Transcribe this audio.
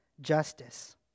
justice